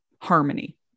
harmony